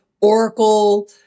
Oracle